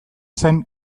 zen